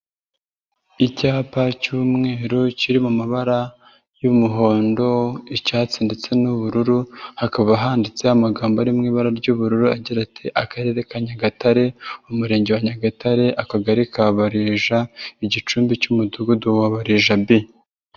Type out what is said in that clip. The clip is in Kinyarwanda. Icyapa cy'umweru kiri mu mabara y'umuhondo, icyatsi ndetse n'ubururu, hakaba handitse amagambo ari mu ibara ry'ubururu agira ati: "Akarere ka Nyagatare, Umurenge wa Nyagatare, Akagari ka Barija, igicumbi cy'Umudugudu wa Barija B."